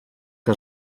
que